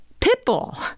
Pitbull